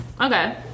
okay